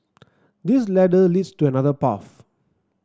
this ladder leads to another path